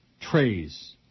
trays